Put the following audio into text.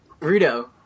Rudo